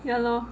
ya lor